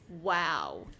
Wow